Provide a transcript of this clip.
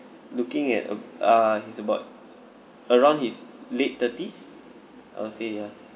looking at uh uh he's about around his late thirties I'll say ya